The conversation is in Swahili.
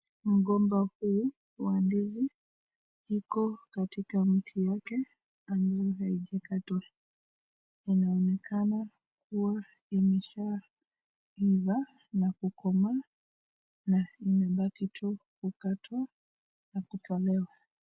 Mgomba huu wa ndizi iko katika mti wake ambayo haijakatwa inaonekana kuwa imeshaiva na kukomaa na imebaki tu kukatwa na kutolewa.